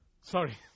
Sorry